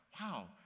wow